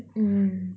mm